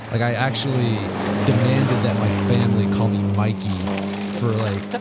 like i actually demanded that my family call me mickey for like